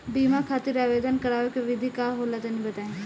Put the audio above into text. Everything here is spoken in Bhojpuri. बीमा खातिर आवेदन करावे के विधि का होला तनि बताईं?